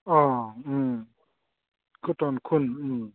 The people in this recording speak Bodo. अ कटन खुन